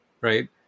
right